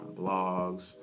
blogs